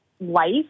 life